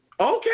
Okay